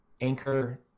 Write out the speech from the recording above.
anchor